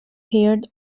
haired